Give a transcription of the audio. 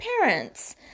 parents